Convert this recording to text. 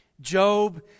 Job